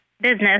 business